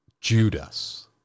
Judas